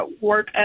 work